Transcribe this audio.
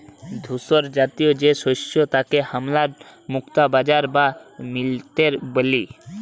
ধূসরজাতীয় যে শস্য তাকে হামরা মুক্তা বাজরা বা মিলেট ব্যলি